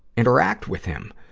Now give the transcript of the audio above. interact with him.